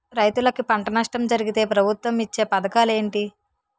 రైతులుకి పంట నష్టం జరిగితే ప్రభుత్వం ఇచ్చా పథకాలు ఏంటి?